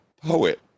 poet